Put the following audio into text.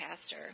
pastor